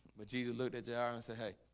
but jesus looked at the iron and said hey